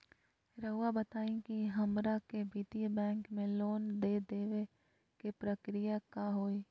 रहुआ बताएं कि हमरा के वित्तीय बैंकिंग में लोन दे बे के प्रक्रिया का होई?